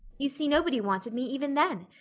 you see, nobody wanted me even then.